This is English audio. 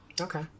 Okay